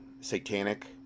satanic